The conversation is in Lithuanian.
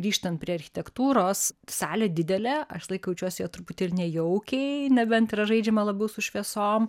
grįžtant prie architektūros salė didelė aš visą laiką jaučiuosi joj truputį ir nejaukiai nebent yra žaidžiama labiau su šviesom